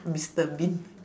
mister bean